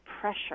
pressure